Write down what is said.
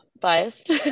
biased